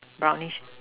brownish